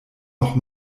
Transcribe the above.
noch